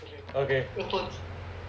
okay